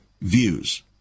views